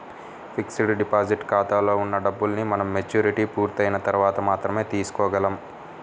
fixed deposit ఖాతాలో ఉన్న డబ్బుల్ని మనం మెచ్యూరిటీ పూర్తయిన తర్వాత మాత్రమే తీయగలం